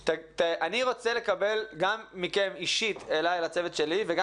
אני רוצה לקבל מכם אישית לצוות שלי וגם